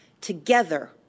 Together